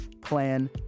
plan